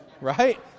right